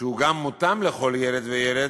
שהוא גם מותאם לכל ילד וילד,